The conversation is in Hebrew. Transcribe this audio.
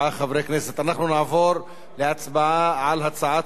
אנחנו נעבור להצבעה על הצעת החוק השנייה,